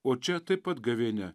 o čia taip pat gavėnia